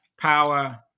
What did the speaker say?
power